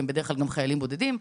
בדרך כלל הם חיילים בודדים,